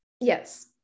yes